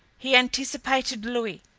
he anticipated louis,